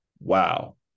wow